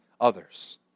others